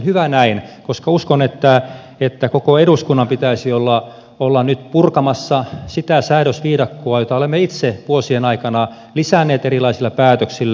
hyvä näin koska uskon että koko eduskunnan pitäisi olla nyt purkamassa sitä säädösviidakkoa jota olemme itse vuosien aikana lisänneet erilaisilla päätöksillä